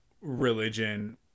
religion